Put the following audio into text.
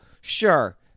sure